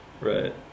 Right